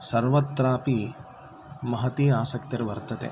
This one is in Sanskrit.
सर्वत्रापि महती आसक्तिर्वर्तते